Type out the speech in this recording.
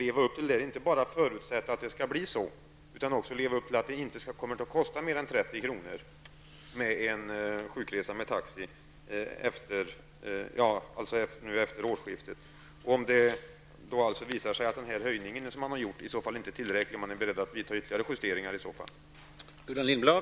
Är socialministern beredd att inte bara förutsätta att det skall bli så utan se till att det inte kommer att kosta mer än 30 kr. för sjukresa med taxi efter årsskiftet? Om det visar sig att den höjning som man har gjort inte är tillräcklig, är socialministern då beredd att se till att det görs ytterligare justeringar?